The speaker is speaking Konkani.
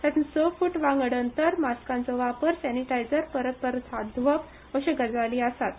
तातूंत स फूट वांगड अंतर मास्कांचो वापर सॅनिटायझर परत परत हात ध्वप अशो गजाली आसात